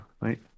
right